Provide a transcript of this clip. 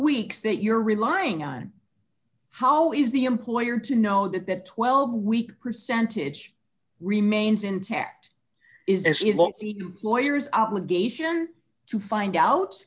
weeks that you're relying on how is the employer to know that that twelve week percentage remains intact is as is all the lawyers obligation to find out